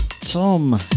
Tom